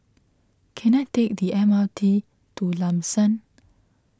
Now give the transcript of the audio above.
can I take the M R T to Lam San